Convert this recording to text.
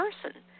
person